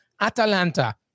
Atalanta